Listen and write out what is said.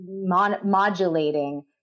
modulating